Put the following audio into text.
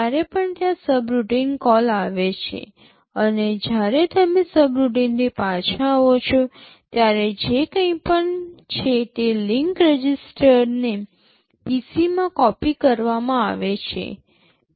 જ્યારે પણ ત્યાં સબરૂટીન કોલ આવે છે અને જ્યારે તમે સબરૂટીનથી પાછા આવો છો ત્યારે જે કંઈપણ છે તે લિંક રજિસ્ટરને PC માં કોપિ કરવામાં આવે છે